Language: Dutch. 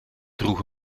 droeg